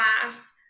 class